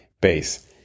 base